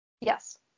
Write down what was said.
Yes